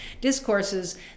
discourses